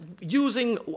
using